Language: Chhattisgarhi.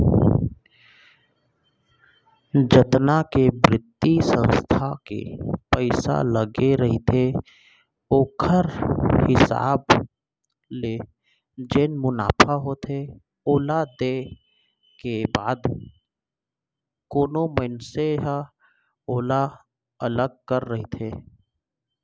जतका के बित्तीय संस्था के पइसा लगे रहिथे ओखर हिसाब ले जेन मुनाफा होथे ओला देय के बाद कोनो मनसे ह ओला अलग कर देथे